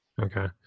Okay